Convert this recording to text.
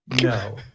No